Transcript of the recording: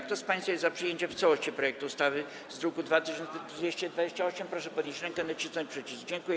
Kto z państwa jest za przyjęciem w całości projektu ustawy z druku nr 2228, proszę podnieść rękę i nacisnąć przycisk.